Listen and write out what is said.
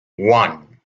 one